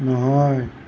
নহয়